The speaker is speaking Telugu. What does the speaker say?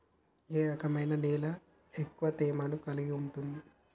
ఏ రకమైన నేల ఎక్కువ తేమను కలిగుంటది?